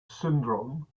syndrome